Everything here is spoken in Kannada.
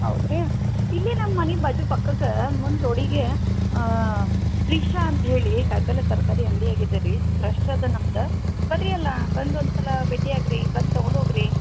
ಹೌದ್ ರೀ ಇಲ್ಲಿ ನಮ್ಮ ಮನೆ ಬಾಜು ಪಕ್ಕಕ್ಕೇ ತ್ರಿಶಾ ಅಂತ ಹೇಳಿ ಕಾಯಿಪಲ್ಲೆ ತರಕಾರಿ ಅಂಗಡಿ ಆಗಿದೆ ರೀ ಫ್ರೆಶ್ ಇದೆ ನಮ್ದು ಬನ್ರಿ ಅಲ್ಲ ಬಂದು ಒಂದು ಸಲ ಭೇಟಿಯಾಗ್ ರೀ ಬಂದು ತೊಗೊಂಡು ಹೋಗಿರಿ